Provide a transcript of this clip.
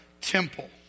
temple